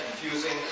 confusing